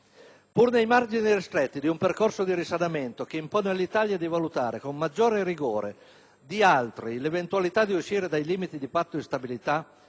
Pur nei margini ristretti di un percorso di risanamento che impone all'Italia di valutare con maggiore rigore di altri l'eventualità di uscire dai limiti del Patto di stabilità